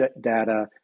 data